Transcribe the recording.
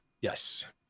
Yes